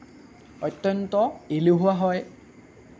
অত্যন্ত এলেহুৱা হয়